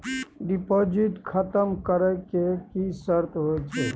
Deposit खतम करे के की सर्त होय छै?